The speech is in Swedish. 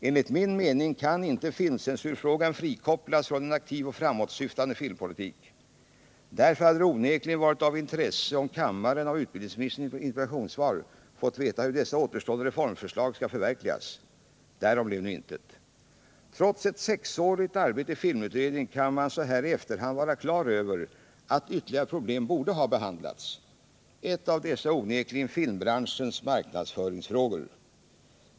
Enligt min mening kan inte filmcensurfrågan frikopplas från en aktiv och framåtsyftande filmpolitik. Därför hade det onekligen varit av intresse om kammaren av utbildningsministerns interpellationssvar fått veta hur dessa återstående reformförslag skall förverkligas. Därav blev nu intet. Trots ett sexårigt arbete i filmutredningen kan man så här i efterhand vara klar över att ytterligare problem borde ha behandlats. Ett av dessa är onekligen filmbranschens marknadsföringsfrågor.